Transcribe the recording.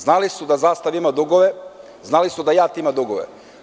Znali su da „Zastava“ ima dugove, znali su da JAT ima dugove.